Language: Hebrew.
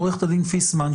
עורכת הדין פיסמן,